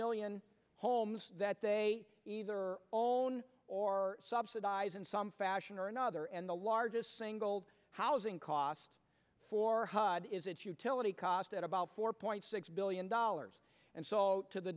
million homes that they either all on or subsidize in some fashion or another and the largest single housing costs for hud is its utility cost at about four point six billion dollars and sought to the